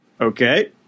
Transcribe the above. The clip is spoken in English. Okay